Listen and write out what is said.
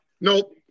Nope